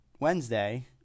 Wednesday